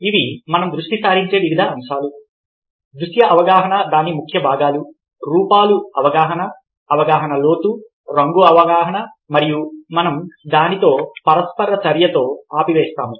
ఇవి మనం దృష్టి సారించే వివిధ అంశాలు దృశ్య అవగాహన దాని ముఖ్య భాగాలు రూపాలు అవగాహన అవగాహన లోతు రంగు అవగాహన మరియు మనం దానితో పరస్పర చర్యతో ఆపివేస్తాము